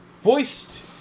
Voiced